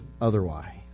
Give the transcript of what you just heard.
otherwise